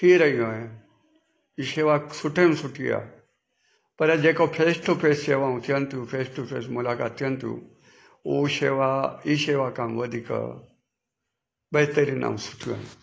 थी रहियो आहे ई शेवा सुठे में सुठी आहे पर जेको फेस टू फेस सेवाऊं थियनि थियूं फेस टू फेस मुलाकात थियनि तियूं उहो शेवा ई शेवा खां वधीक बहितरिनि ऐं सुठियूं आहिनि